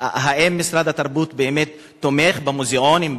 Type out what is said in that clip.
האם משרד התרבות באמת תומך במוזיאונים,